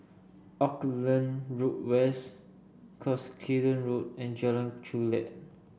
Auckland Road West Cuscaden Road and Jalan Chulek